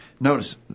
Notice